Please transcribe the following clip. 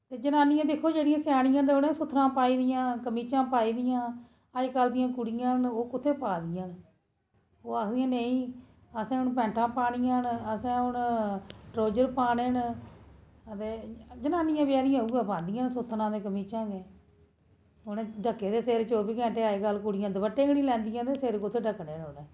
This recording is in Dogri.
ते जनानियां दिक्खो जेह्ड़ियां स्यानियां न ते उ'नें सुत्थनां पाई दियां कमीचां पाई दियां अजकल दियां कुड़ियां न ओह् कुत्थें पा दियां न ओह् आखदियां नेईं असें हू'न पैंटां पानियां असें हू'न ट्राऊज़र पाने न ते जनानियें बेचारियें उ'ग्गै पांदियां न सुत्थनां कमीचां गै उ'नें ढक्के दे सिर चौबी घैंटें ते अज्जकल कुड़ियां दपट्टे गै नेईं लैंदियां ते सिर कुत्थें ढक्कने न उ'नें